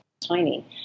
tiny